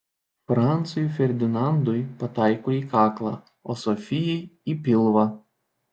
francui ferdinandui pataiko į kaklą o sofijai į pilvą